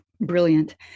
brilliant